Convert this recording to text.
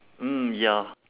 mm ya